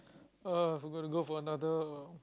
uh i've got to go for another uh